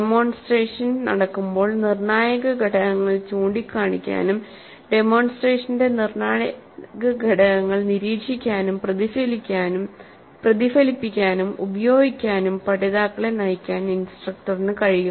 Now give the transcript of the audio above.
demonstration നടക്കുമ്പോൾ നിർണായക ഘടകങ്ങൾ ചൂണ്ടിക്കാണിക്കാനും ഡെമോൺസ്ട്രേഷന്റെ നിർണായക ഘടകങ്ങൾ നിരീക്ഷിക്കാനും പ്രതിഫലിപ്പിക്കാനും ഉപയോഗിക്കാനും പഠിതാക്കളെ നയിക്കാൻ ഇൻസ്ട്രകറിന് കഴിയും